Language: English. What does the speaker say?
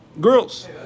girls